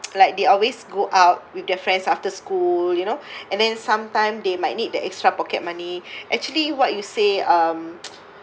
like they always go out with their friends after school you know and then sometime they might need the extra pocket money actually what you say um